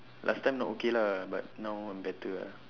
last time not okay lah but now I'm better ah